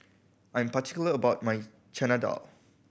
I'm particular about my Chana Dal